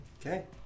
okay